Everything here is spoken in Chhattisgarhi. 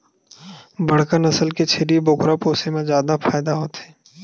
बड़का नसल के छेरी बोकरा पोसे म जादा फायदा होथे